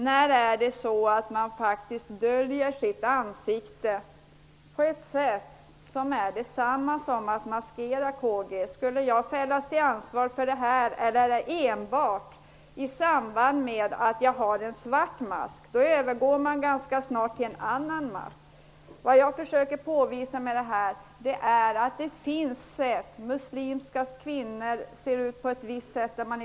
När är det så, Karl Gösta Sjödin, att man faktiskt döljer sitt ansikte på ett sådant sätt att det är detsamma som maskering? Skulle man fällas till ansvar för det, eller sker det enbart i samband med att man har en svart mask? Då övergår man ju ganska snart till en annan mask. Vad jag försöker påvisa är att det finns mängder av sätt att dölja sitt ansikte utan att bära mask.